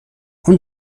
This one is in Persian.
اون